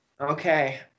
Okay